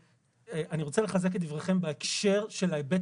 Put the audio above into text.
אני רוצה לחזק את דבריכן בהקשר של ההיבט